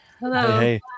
Hello